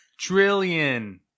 Trillion